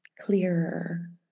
clearer